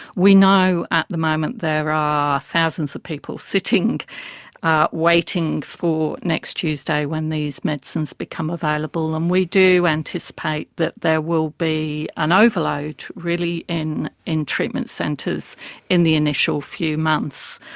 we know at the moment there are ah thousands of people sitting waiting for next tuesday when these medicines become available, and we do anticipate that there will be an overload really in in treatment centres in the initial few months.